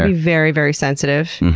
ah very, very sensitive.